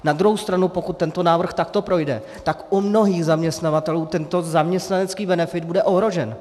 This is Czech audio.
Na druhou stranu pokud tento návrh takto projde, tak u mnohých zaměstnavatelů tento zaměstnanecký benefit bude ohrožen.